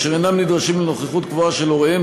אשר אינם נדרשים לנוכחות קבועה של הוריהם,